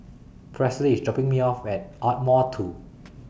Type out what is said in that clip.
Presley IS dropping Me off At Ardmore two